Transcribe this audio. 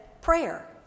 prayer